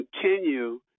continue